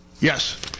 Yes